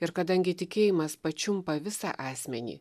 ir kadangi tikėjimas pačiumpa visą asmenį